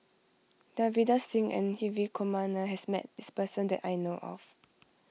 Davinder Singh and Hri Kumar Nair has met this person that I know of